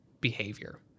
behavior